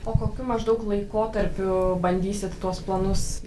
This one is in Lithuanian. po kokiu maždaug laikotarpiu bandysite tuos planus